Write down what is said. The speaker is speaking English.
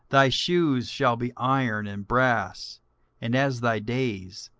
thy shoes shall be iron and brass and as thy days,